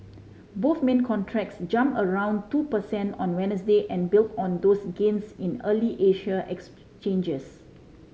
both main contracts jumped around two percent on Wednesday and built on those gains in early Asian exchanges